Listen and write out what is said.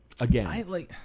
Again